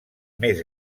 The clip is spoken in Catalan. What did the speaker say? més